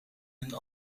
een